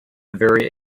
very